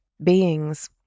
Beings